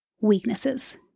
weaknesses